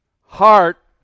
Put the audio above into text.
heart